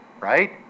right